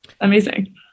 amazing